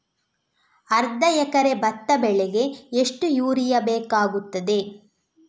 ಅರ್ಧ ಎಕರೆ ಭತ್ತ ಬೆಳೆಗೆ ಎಷ್ಟು ಯೂರಿಯಾ ಬೇಕಾಗುತ್ತದೆ?